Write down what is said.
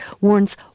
warns